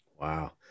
Wow